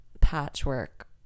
Patchwork